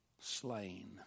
slain